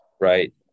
Right